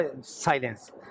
silence